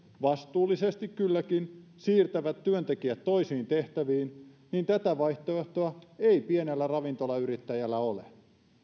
vastuullisesti kylläkin siirtävät työntekijät toisiin tehtäviin tätä vaihtoehtoa ei pienellä ravintolayrittäjällä ole